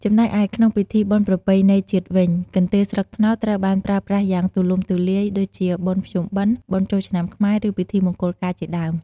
ចំណែកឯ ក្នុងពិធីបុណ្យប្រពៃណីជាតិវិញ កន្ទេលស្លឹកត្នោតត្រូវបានប្រើប្រាស់យ៉ាងទូលំទូលាយ ដូចជា បុណ្យភ្ជុំបិណ្ឌ បុណ្យចូលឆ្នាំខ្មែរ ឬពិធីមង្គលការ ជាដើម។